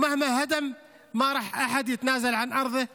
אף אחד לא יוותר על האדמה שלו.